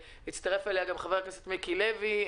שהצטרפו אליה גם חברי הכנסת מיקי לוי,